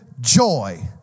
Joy